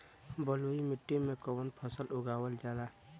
बलुई मिट्टी में कवन फसल उगावल जाला?